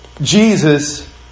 Jesus